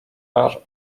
are